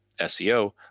SEO